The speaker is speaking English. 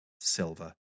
silver